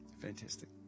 Fantastic